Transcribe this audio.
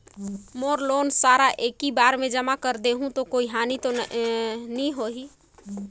मोर loan सारा एकी बार मे जमा कर देहु तो कोई हानि तो नी होही?